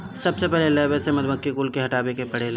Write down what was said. सबसे पहिले लवे से मधुमक्खी कुल के हटावे के पड़ेला